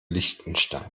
liechtenstein